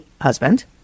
husband